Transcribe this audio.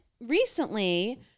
recently